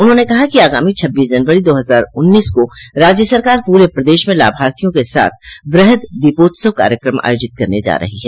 उन्होंने कहा कि आगामी छब्बीस जनवरी दो हजार उन्नीस को राज्य सरकार पूरे प्रदेश में लाभार्थियों के साथ वृहद दीपोत्सव कार्यक्रम आयोजित करने जा रही है